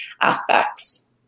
aspects